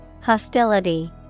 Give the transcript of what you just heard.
Hostility